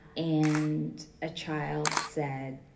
and a child said,